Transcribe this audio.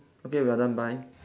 okay we are done bye